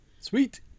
Sweet